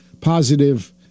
positive